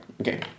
Okay